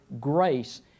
grace